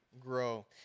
grow